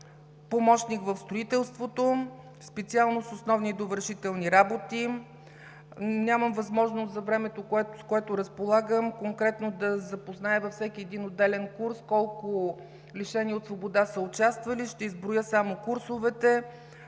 помощник в строителството, специалност „Основни и довършителни работи“… Нямам възможност за времето, с което разполагам, конкретно да запозная във всеки един отделен курс колко лишени от свобода са участвали, ще изброя само курсовете: